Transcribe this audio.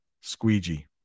squeegee